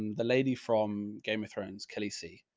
the lady from game of thrones, kelly c,